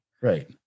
Right